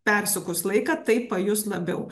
persukus laiką tai pajus labiau